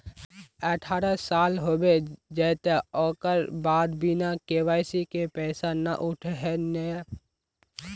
अठारह साल होबे जयते ओकर बाद बिना के.वाई.सी के पैसा न उठे है नय?